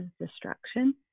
destruction